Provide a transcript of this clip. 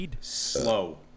slow